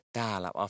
täällä